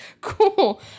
cool